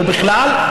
ובכלל,